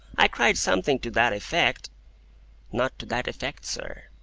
i cried something to that effect not to that effect, sir.